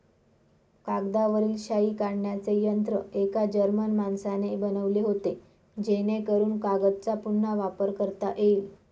कागदावरील शाई काढण्याचे यंत्र एका जर्मन माणसाने बनवले होते जेणेकरून कागदचा पुन्हा वापर करता येईल